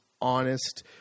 honest